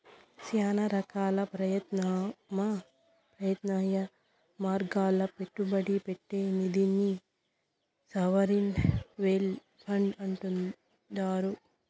శానా రకాల ప్రత్యామ్నాయ మార్గాల్ల పెట్టుబడి పెట్టే నిదినే సావరిన్ వెల్త్ ఫండ్ అంటుండారు